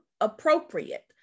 appropriate